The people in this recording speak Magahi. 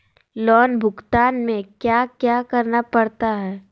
लोन भुगतान में क्या क्या करना पड़ता है